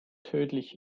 tödlich